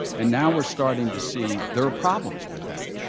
and now we're starting to see there are problems with that,